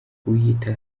uwiyita